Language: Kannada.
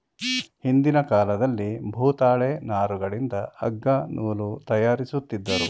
ಹಿಂದಿನ ಕಾಲದಲ್ಲಿ ಭೂತಾಳೆ ನಾರುಗಳಿಂದ ಅಗ್ಗ ನೂಲು ತಯಾರಿಸುತ್ತಿದ್ದರು